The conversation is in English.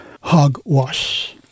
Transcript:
hogwash